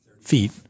feet